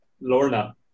Lorna